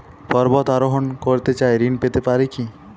পর্বত আরোহণ করতে চাই ঋণ পেতে পারে কি?